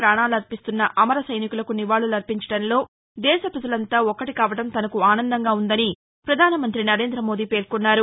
పాణాలర్పిస్తున్న అమర సైనికులకు నివాళులర్పించడంలో దేశ ప్రజలంతా ఒక్కటికావడం తనకు ఆనందంగా ఉందని ప్రధానమంత్రి నరేంద మోదీ పేర్కొన్నారు